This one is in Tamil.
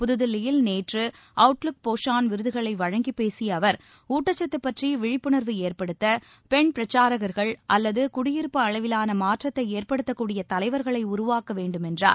புத்தில்லியில் நேற்று அவுட்லுக் போஷான் விருதுகளை வழங்கிப் பேசிய அவர் ஊட்டக்கத்து பற்றி விழிப்புனர்வு ஏற்படுத்த பெண் பிரச்சாரகர்கள் அல்லது குடியிருப்பு அளவிலான மாற்றத்தை ஏற்படுத்தக் கூடிய தலைவர்களை உருவாக்க வேண்டுமென்றார்